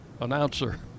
announcer